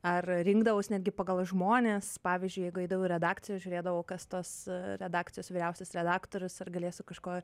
ar rinkdavaus netgi pagal žmones pavyzdžiui jeigu eidavau į redakciją ir žiūrėdavau kas tos redakcijos vyriausias redaktorius ar galėsiu kažko